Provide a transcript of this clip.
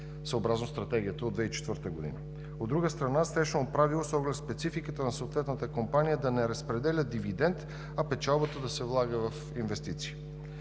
съобразно Стратегията от 2004 г. От друга страна, срещано правило, с оглед спецификата на съответната компания, е да не се разпределя дивидент, а печалбата да се влага в инвестиции.